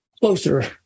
closer